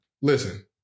listen